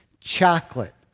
chocolate